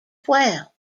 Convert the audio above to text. twelve